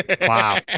Wow